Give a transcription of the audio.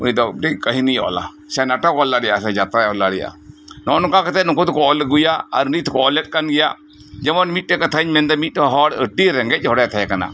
ᱩᱱᱤ ᱫᱚ ᱟᱰᱤ ᱠᱟᱦᱤᱱᱤ ᱚᱞᱟ ᱥᱮ ᱱᱟᱴᱚᱠ ᱚᱞ ᱫᱟᱲᱮᱭᱟᱜᱼᱟ ᱥᱮ ᱡᱟᱛᱛᱨᱟᱭ ᱚᱞ ᱫᱟᱲᱮᱭᱟᱜᱼᱟ ᱱᱚᱜᱼᱚᱭ ᱱᱚᱝᱠᱟ ᱠᱟᱛᱮᱫ ᱱᱩᱠᱩ ᱫᱚᱠᱚ ᱚᱞ ᱟᱜᱩᱭᱟ ᱟᱨ ᱱᱤᱛ ᱦᱚᱸ ᱚᱞᱮᱫ ᱠᱟᱱ ᱜᱮᱭᱟ ᱡᱮᱢᱚᱱ ᱢᱤᱫ ᱴᱮᱱ ᱠᱟᱛᱷᱟᱧ ᱢᱮᱱ ᱮᱫᱟ ᱢᱤᱫ ᱴᱮᱱ ᱦᱚᱲ ᱟᱰᱤ ᱨᱮᱸᱜᱮᱡ ᱦᱚᱲᱮ ᱛᱟᱦᱮᱸ ᱠᱟᱱᱟ